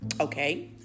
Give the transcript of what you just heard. okay